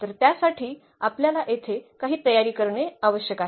तर त्यासाठी आपल्याला येथे काही तयारी करणे आवश्यक आहे